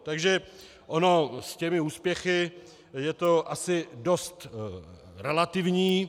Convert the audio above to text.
Takže ono s těmi úspěchy je to asi dost relativní.